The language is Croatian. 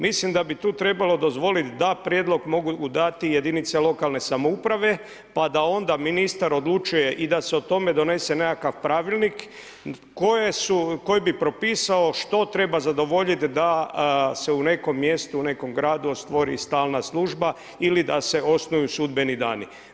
Mislim da bi tu trebalo dozvoliti da prijedlog mogu dati jedinice lokalne samouprave pa da onda ministar odlučuje i da se o tome donese nekakav pravilnik koji bi propisao što treba zadovoljiti da se u nekom mjestu, u nekom gradu stvori stalna služba ili da se osnuju sudbeni dani.